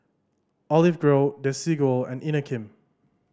Olive Grove Desigual and Inokim